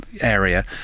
area